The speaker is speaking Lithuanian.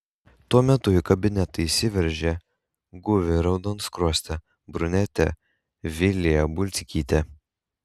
tuo metu į kabinetą įsiveržė guvi raudonskruostė brunetė vilija bulzgytė